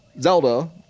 Zelda